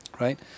right